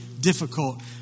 difficult